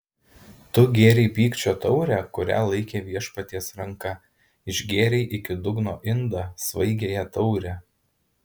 tu gėrei pykčio taurę kurią laikė viešpaties ranka išgėrei iki dugno indą svaigiąją taurę